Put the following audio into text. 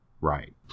Right